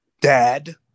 Dad